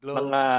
mga